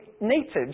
natives